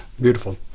Beautiful